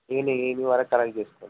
evening evening వరకు collect చేసుకోండి